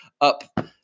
up